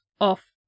off